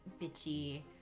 bitchy